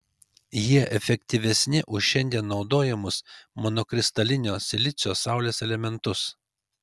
jie efektyvesni už šiandien naudojamus monokristalinio silicio saulės elementus